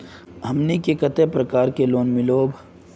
हमनी के कते प्रकार के ऋण मीलोब?